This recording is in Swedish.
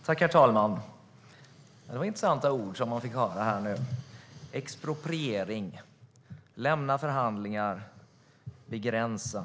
Herr talman! Det var intressanta ord som man fick höra: expropriering, lämna förhandlingar, begränsa.